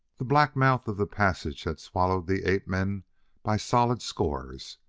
the black mouth of the passage had swallowed the ape-men by solid scores,